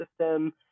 system